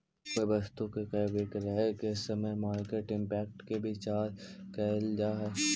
कोई वस्तु के क्रय विक्रय के समय मार्केट इंपैक्ट के विचार कईल जा है